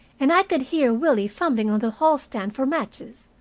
and i could hear willie fumbling on the hall-stand for matches.